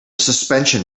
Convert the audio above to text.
suspension